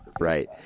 Right